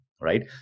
Right